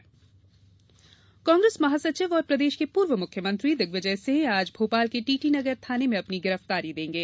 दिग्विजय सिंह कांग्रेस महासचिव और प्रदेश के पूर्व मुख्यमंत्री दिग्विजय सिंह आज भोपाल के टीटी नगर थाने में अपनी गिरफ्तारी देंगे